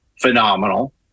phenomenal